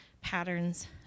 patterns